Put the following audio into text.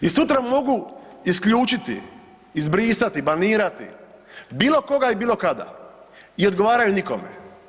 I sutra mogu isključiti, izbrisati, blamirati, bilo koga i bilo kada i odgovaraju nikome.